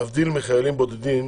להבדיל מחיילים בודדים